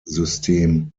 system